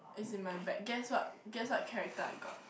it's in my bag guess what guess what character I got